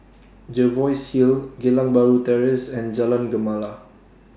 Jervois Hill Geylang Bahru Terrace and Jalan Gemala